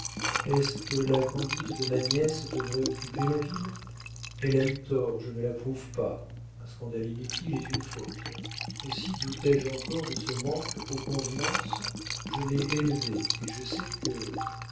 est-ce que la conduite de ma nièce devrait occuper la ville elle a eu tort je ne l'approuve pas un scandale inutile est une faute aussi douté je encore de ce manque aux convenances je l'ai élevée et je sais que